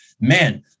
man